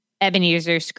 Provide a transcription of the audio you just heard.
Ebenezer